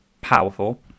Powerful